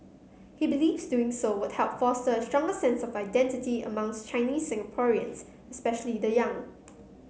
he believes doing so would help foster a stronger sense of identity among Chinese Singaporeans especially the young